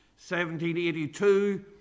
1782